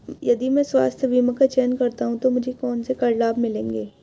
यदि मैं स्वास्थ्य बीमा का चयन करता हूँ तो मुझे कौन से कर लाभ मिलेंगे?